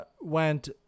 went